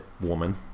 woman